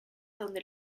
donde